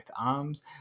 arms